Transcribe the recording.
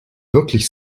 wirklich